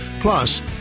Plus